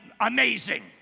amazing